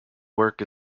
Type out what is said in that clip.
work